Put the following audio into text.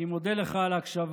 אני מודה לך על ההקשבה.